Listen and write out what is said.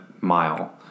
mile